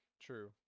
True